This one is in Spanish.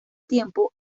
tiempo